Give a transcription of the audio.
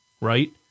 right